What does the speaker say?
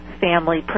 family